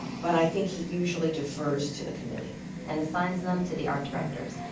but i think he usually defers to the committee and assigns them to the art directors.